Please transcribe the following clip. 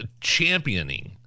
championing